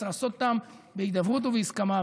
צריך לעשות אותם בהידברות ובהסכמה,